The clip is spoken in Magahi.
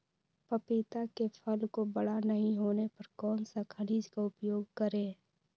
पपीता के फल को बड़ा नहीं होने पर कौन सा खनिज का उपयोग करें?